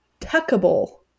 tuckable